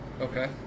Okay